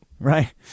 Right